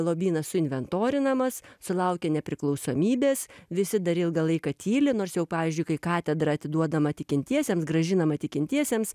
lobynas suinventorinamas sulaukė nepriklausomybės visi dar ilgą laiką tyli nors jau pavyzdžiui kai katedra atiduodama tikintiesiems grąžinama tikintiesiems